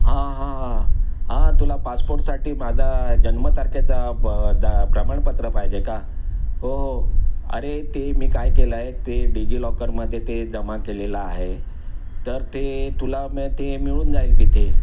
हां हां हां हां तुला पासपोर्टसाठी माझा जन्मतारखेचा दा प्रमाणपत्र पाहिजे का हो अरे ते मी काय केलं आहे ते डीजीलॉकरमध्ये ते जमा केलेलं आहे तर ते तुला ते मिळून जाईल तिथे